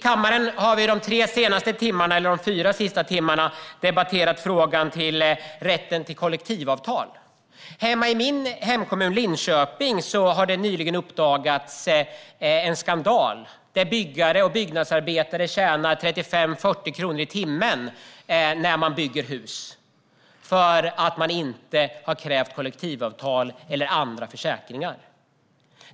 Under de tre fyra senaste timmarna har vi i kammaren debatterat frågan om rätt till kollektivavtal. I min hemkommun Linköping har nyligen en skandal uppdagats. Byggare och byggnadsarbetare tjänar 35-40 kronor i timmen när de bygger hus på grund av att kommunen inte har krävt kollektivavtal eller andra försäkringar.